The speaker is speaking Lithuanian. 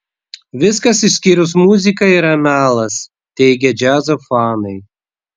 viskas išskyrus muziką yra melas teigia džiazo fanai